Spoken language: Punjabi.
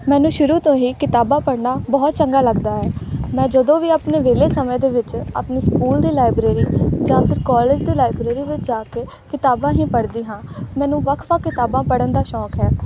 ਮੈਨੂੰ ਸ਼ੁਰੂ ਤੋਂ ਹੀ ਕਿਤਾਬਾਂ ਪੜ੍ਹਨਾ ਬਹੁਤ ਚੰਗਾ ਲੱਗਦਾ ਹੈ ਮੈਂ ਜਦੋਂ ਵੀ ਆਪਣੇ ਵਿਹਲੇ ਸਮੇਂ ਦੇ ਵਿੱਚ ਆਪਣੀ ਸਕੂਲ ਦੀ ਲਾਇਬ੍ਰੇਰੀ ਜਾਂ ਫਿਰ ਕੋਲੇਜ ਦੀ ਲਾਇਬ੍ਰੇਰੀ ਵਿੱਚ ਜਾ ਕੇ ਕਿਤਾਬਾਂ ਹੀ ਪੜ੍ਹਦੀ ਹਾਂ ਮੈਨੂੰ ਵੱਖ ਵੱਖ ਕਿਤਾਬਾਂ ਪੜ੍ਹਨ ਦਾ ਸ਼ੌਕ ਹੈ